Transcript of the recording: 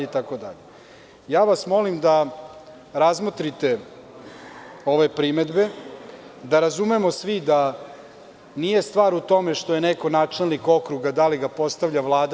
Molim vas da razmotrite ove primedbe, da razumemo svi da nije stvar u tome što je neko načelnik okruga, da li ga postavlja Vlada.